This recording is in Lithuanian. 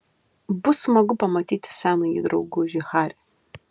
bus smagu pamatyti senąjį draugužį harį